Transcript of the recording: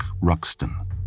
Ruxton